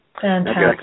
Fantastic